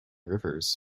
rivers